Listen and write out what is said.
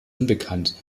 unbekannt